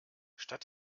statt